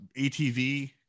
ATV